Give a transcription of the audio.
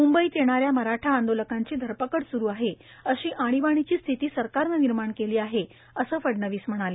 मुंबईत येणाऱ्या मराठा आंदोलकांची धरपकड सुरु आहे अशी आणीबाणिची स्थिती सरकारनं निर्माण केली आहे असं फडणवीस म्हणाले